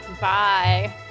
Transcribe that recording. Bye